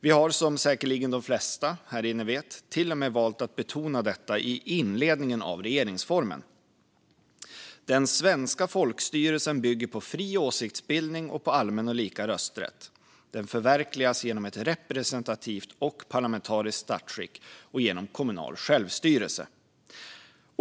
Vi har, som säkerligen de flesta här inne vet, till och med valt att betona detta i inledningen av regeringsformen: "Den svenska folkstyrelsen bygger på fri åsiktsbildning och på allmän och lika rösträtt. Den förverkligas genom ett representativt och parlamentariskt statsskick och genom kommunal självstyrelse."